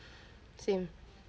same